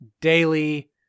daily